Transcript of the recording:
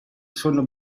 sono